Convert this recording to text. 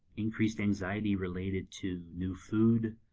increased anxiety related to new food,